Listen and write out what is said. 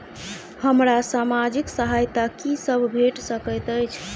हमरा सामाजिक सहायता की सब भेट सकैत अछि?